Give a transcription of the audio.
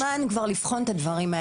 אבל אין לנו זמן כבר לבחון את הדברים האלה.